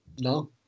No